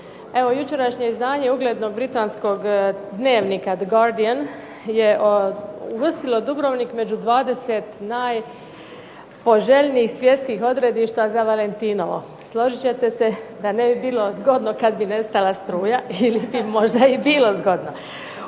jučerašnje izdanje uglednog britanskog dnevnika "The Guardian" je uvrstilo Dubrovnik među 20 najpoželjnijih svjetskih odredišta za Valentinovo. Složit ćete se da ne bi bilo zgodno kad bi nestala struja ili bi možda i bilo zgodno.